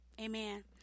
amen